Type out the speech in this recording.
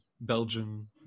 Belgium